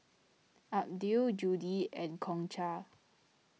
Abdiel Judi and Concha